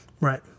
Right